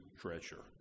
treasure